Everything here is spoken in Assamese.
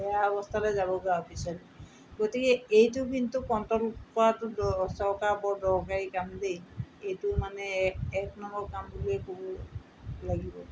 বেয়া অৱস্থালৈ যাবগৈ আৰু পিছত গতিকে এইটো কিন্তু কণ্ট্ৰল কৰাটো দ চৰকাৰ বৰ দৰকাৰী কাম দেই এইটো মানে এক এক নম্বৰ কাম বুলিয়ে ক'ব লাগিব